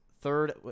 third